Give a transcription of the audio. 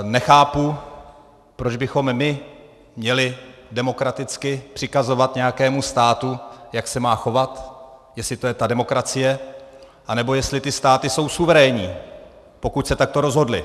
Nechápu, proč bychom my měli demokraticky přikazovat nějakému státu, jak se má chovat, jestli to je ta demokracie, anebo jestli ty státy jsou suverénní, pokud se takto rozhodly.